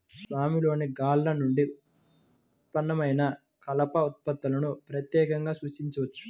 స్వామిలోని లాగ్ల నుండి ఉత్పన్నమైన కలప ఉత్పత్తులను ప్రత్యేకంగా సూచించవచ్చు